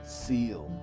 seal